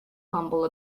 humble